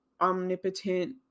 omnipotent